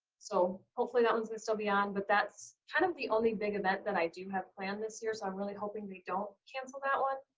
so hopefully that one's gonna still be on but that's kind of the only big event that i do have planned this year. so i'm really hoping they don't cancel that one.